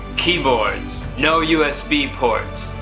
keyboards, no usb ports.